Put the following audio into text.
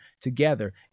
together